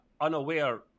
unaware